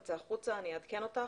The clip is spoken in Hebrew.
נצא החוצה ואני אעדכן אותך.